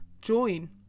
join